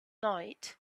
night